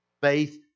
Faith